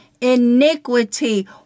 iniquity